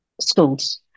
schools